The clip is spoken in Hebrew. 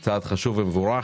זה צעד חשוב ומבורך,